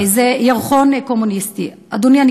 שזה ירחון קומוניסטי, אדוני, אני